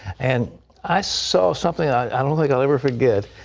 and i saw something i don't think i'll ever forget.